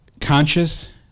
conscious